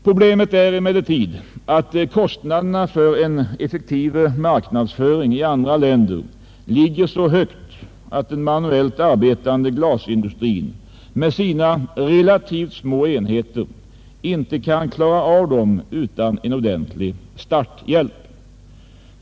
Problemet är emellertid att kostnaderna för en effektiv marknadsföring i andra länder ligger så högt att den manuellt arbetande glasindustrin med sina relativt små enheter inte kan klara av dem utan en ordentlig starthjälp.